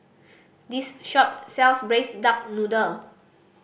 this shop sells Braised Duck Noodle